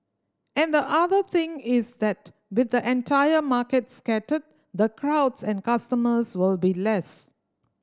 and the other thing is that with the entire market scattered the crowds and customers will be less